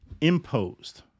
imposed